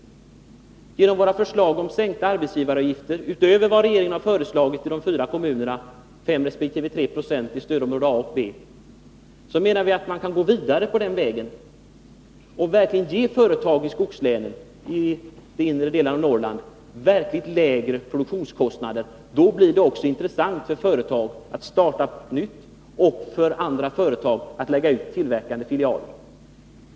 Vi menar att våra förslag om sänkningar av arbetsgivaravgifterna, utöver vad regeringen har föreslagit beträffande fyra kommuner, nämligen 5 resp. 3 20 i stödområdena A och B, leder till att man kan gå vidare på den vägen och verkligen ge företag i skogslänen i de inre delarna av Norrland lägre produktionskostnader. Då blir det också intressant för företag att starta nytt och för andra företag att lägga ut tillverkande filialer.